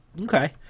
Okay